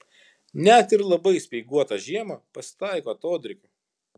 net ir labai speiguotą žiemą pasitaiko atodrėkių